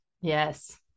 Yes